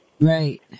Right